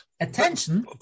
attention